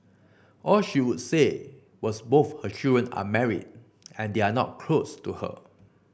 all she would say was both her children are married and they are not close to her